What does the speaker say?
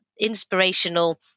inspirational